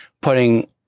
putting